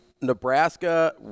Nebraska